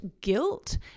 guilt